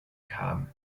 kam